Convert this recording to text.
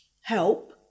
help